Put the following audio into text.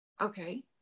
okay